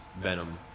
venom